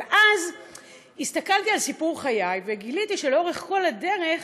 אבל אז הסתכלתי על סיפור חיי וגיליתי שלאורך כל הדרך